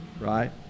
right